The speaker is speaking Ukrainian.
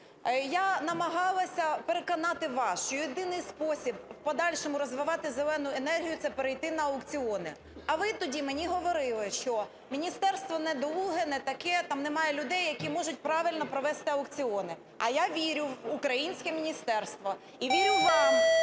Я намагалася переконати вас, що єдиний спосіб в подальшому розвивати "зелену" енергію - це перейти на аукціони. А ви тоді мені говорили, що міністерство недолуге, не таке, там немає людей, які можуть правильно провести аукціони. А я вірю в українське міністерство і вірю вам,